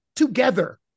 together